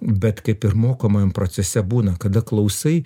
bet kaip ir mokomajam procese būna kada klausai